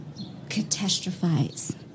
catastrophize